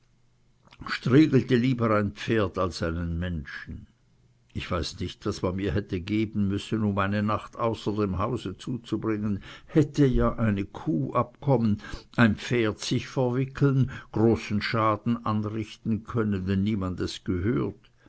lieber ein pferd als einen menschen ich weiß nicht was man mir hätte geben müssen um eine nacht außer dem hause zuzubringen hätte ja eine kuh abkommen ein pferd sich verwickeln großen schaden anrichten können wenn niemand es gehört